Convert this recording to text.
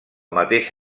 mateix